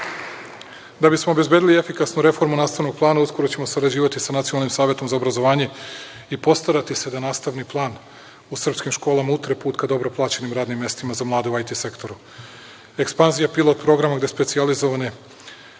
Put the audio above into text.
bi smo obezbedili efikasnu reformu nastavnog plana, uskoro ćemo sarađivati sa Nacionalnim savetom za obrazovanje i postarati se da nastavni plan u srpskim školama utre put ka dobro plaćenim radnim mestima za mlade u IT sektoru. Ekspanzija pilot programa gde specijalizovane